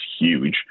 huge